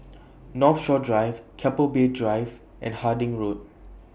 Northshore Drive Keppel Bay Drive and Harding Road